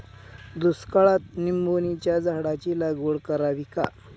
दुष्काळात निंबोणीच्या झाडाची लागवड करावी का?